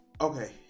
Okay